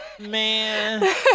man